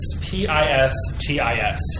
P-I-S-T-I-S